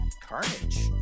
Carnage